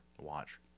Watch